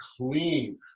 clean